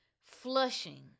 flushing